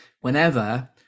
whenever